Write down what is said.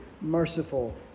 merciful